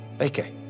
Okay